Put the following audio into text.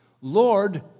Lord